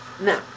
Now